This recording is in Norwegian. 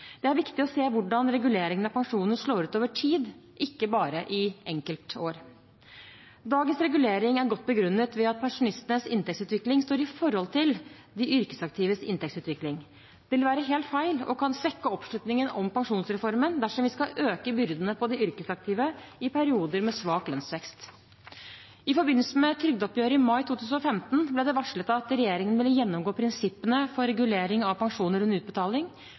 Det er viktig å se hvordan reguleringen av pensjoner slår ut over tid, ikke bare i enkeltår. Dagens regulering er godt begrunnet ved at pensjonistenes inntektsutvikling står i forhold til de yrkesaktives inntektsutvikling. Det ville være helt feil og kan svekke oppslutningen om pensjonsreformen om vi øker byrdene på de yrkesaktive i perioder med svak lønnsvekst. I forbindelse med trygdeoppgjøret i mai 2015 ble det varslet at regjeringen ville gjennomgå prinsippene for regulering av pensjoner under utbetaling.